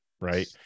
right